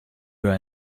were